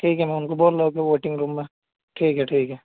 ٹھیک ہے میں ان کو بول رہا ہوں کہ وہ ویٹنگ روم میں ٹھیک ہے ٹھیک ہے